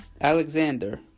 Alexander